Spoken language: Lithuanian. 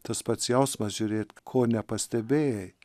tas pats jausmas žiūrėt ko nepastebėjai